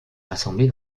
rassemblée